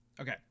Okay